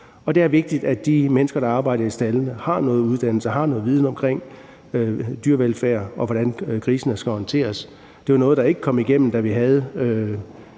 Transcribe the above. det er vigtigt, at de mennesker, der arbejder i staldene, har noget uddannelse og har noget viden om dyrevelfærd og om, hvordan grisene skal håndteres. Det var noget, der ikke kom igennem, da